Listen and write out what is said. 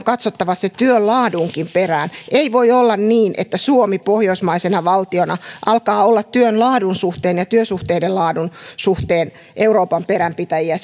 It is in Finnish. katsottava sen työn laadunkin perään ei voi olla niin että suomi pohjoismaisena valtiona alkaa olla työn laadun suhteen ja työsuhteiden laadun suhteen euroopan peränpitäjiä